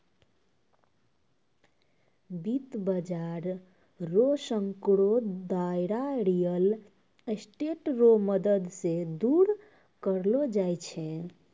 वित्त बाजार रो सांकड़ो दायरा रियल स्टेट रो मदद से दूर करलो जाय छै